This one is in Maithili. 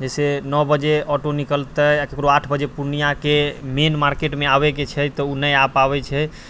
जइसे नओ बजे ऑटो निकलतै आओर ककरो आठ बजे पूर्णियाके मेन मार्केटमे आबैके छै तऽ ओ नहि आबि पाबै छै